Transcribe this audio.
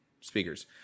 speakers